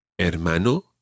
Hermano